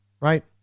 right